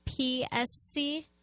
PSC